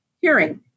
hearing